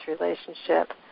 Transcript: relationship